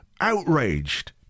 outraged